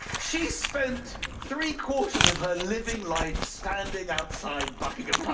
she spent three quarters of her living life standing outside buckingham